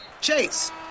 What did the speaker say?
Chase